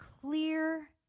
clear